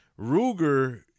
Ruger